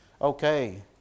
Okay